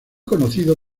conocido